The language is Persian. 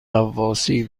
غواصی